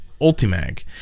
Ultimag